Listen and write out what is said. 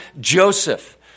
Joseph